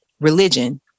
religion